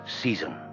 season